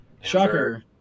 Shocker